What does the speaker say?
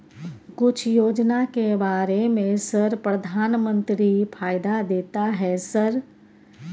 कुछ योजना के बारे में सर प्रधानमंत्री फायदा देता है सर?